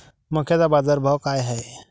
मक्याचा बाजारभाव काय हाय?